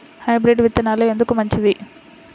Hybrid విత్తనాలు ఎందుకు మంచివి?